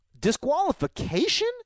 Disqualification